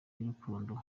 y’urukundo